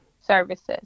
services